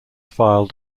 filed